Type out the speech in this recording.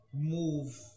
move